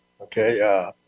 Okay